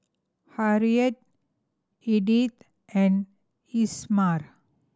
Harriett Edyth and Isamar